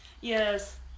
yes